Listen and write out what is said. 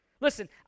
Listen